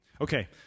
Okay